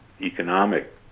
economic